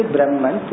Brahman